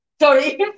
Sorry